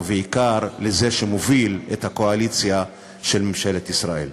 ובעיקר לזה שמוביל את הקואליציה של ממשלת ישראל.